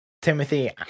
Timothy